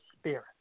spirit